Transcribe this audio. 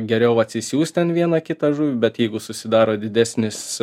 geriau atsisiųst ten vieną kitą žuvį bet jeigu susidaro didesnis